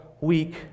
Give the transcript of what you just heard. week